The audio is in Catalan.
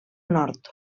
nord